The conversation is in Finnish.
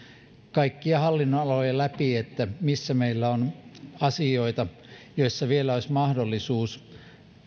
kaikkia hallinnonaloja läpi että missä meillä on asioita joissa vielä olisi mahdollisuus